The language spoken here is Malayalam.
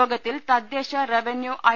യോഗത്തിൽ തദ്ദേശ റവന്യൂ ഐ